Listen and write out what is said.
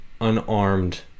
unarmed